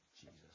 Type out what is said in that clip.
Jesus